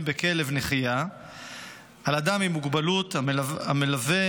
בכלב נחייה על אדם עם מוגבלות המלווה